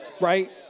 right